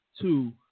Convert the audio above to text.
two